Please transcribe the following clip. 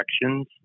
directions